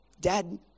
Dad